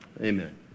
Amen